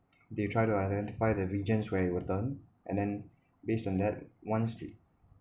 they try to identify the regions where it will turn and then based on that once it